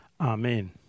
Amen